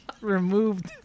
removed